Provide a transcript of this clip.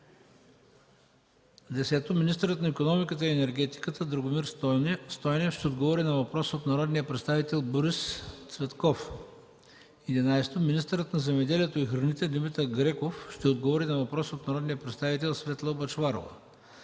- министърът на икономиката и енергетиката Драгомир Стойнев ще отговори на въпрос от народния представител Борис Цветков; - министърът на земеделието и храните Димитър Греков ще отговори на въпрос от народния представител Светла Бъчварова.